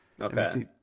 Okay